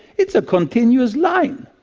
it's a continuous line.